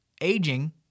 aging